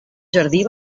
jardí